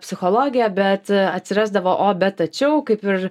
psichologiją bet atsirasdavo o bet tačiau kaip ir